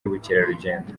y’ubukerarugendo